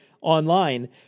online